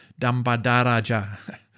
Dambadaraja